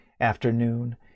afternoon